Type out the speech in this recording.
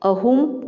ꯑꯍꯨꯝ